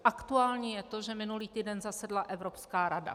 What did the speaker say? Aktuální je to, že minulý týden zasedla Evropská rada.